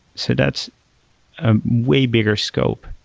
so that's a way bigger scope,